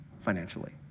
financially